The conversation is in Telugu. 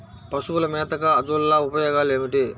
పశువుల మేతగా అజొల్ల ఉపయోగాలు ఏమిటి?